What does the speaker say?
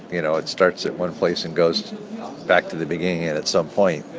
you know, it starts at one place and goes back to the beginning at at some point.